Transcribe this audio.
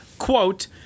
quote